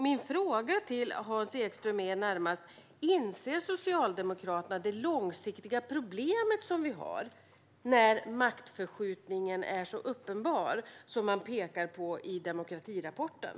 Min fråga till Hans Ekström är: Inser Socialdemokraterna det långsiktiga problem som vi har när maktförskjutningen är så uppenbar som man pekar på i demokratirapporten?